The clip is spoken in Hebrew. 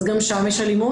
אז גם שם יש אלימות.